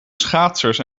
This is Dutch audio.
schaatsers